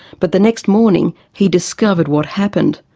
but the next morning he discovered what happened.